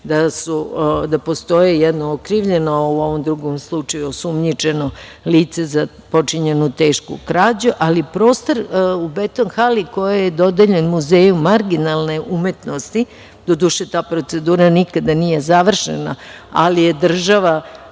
da postoje jedno okrivljeno, a u ovom drugom slučaju osumnjičeno lice za počinjenu tešku krađu, ali prostor u Beton hali koji je dodeljen Muzeju marginalne umetnosti, doduše, ta procedura nikada nije završena, ali je država